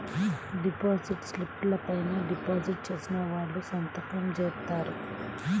deposit స్లిపుల పైన deposit చేసిన వాళ్ళు సంతకం జేత్తారు